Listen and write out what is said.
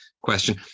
question